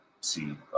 see